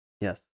Yes